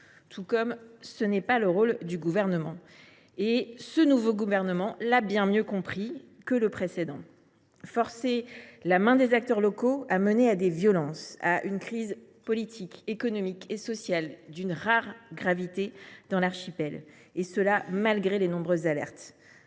quand. Ce n’est pas le rôle du Gouvernement non plus – le gouvernement actuel l’a du reste bien mieux compris que le précédent. Forcer la main des acteurs locaux a mené à des violences, à une crise politique, économique et sociale d’une rare gravité dans l’archipel, et cela malgré de nombreuses alertes.